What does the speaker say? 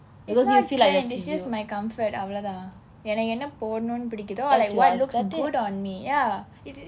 it's not trend it's just my comfort அவ்வளவு தான் எனக்கு என்ன போடணும் பிடிக்குதோ:avvalvu thaan enakku enna podanum pidikutho or like what looks good on me ya